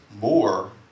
more